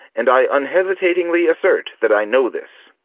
and i unhesitatingly assert that i know this.